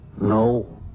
No